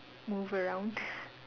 move around